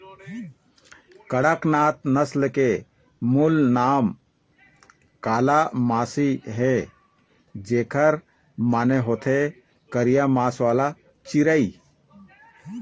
कड़कनाथ नसल के मूल नांव कालामासी हे, जेखर माने होथे करिया मांस वाला चिरई